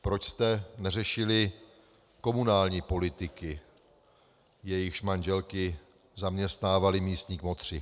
Proč jste neřešili komunální politiky, jejichž manželky zaměstnávali místní kmotři?